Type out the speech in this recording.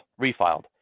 refiled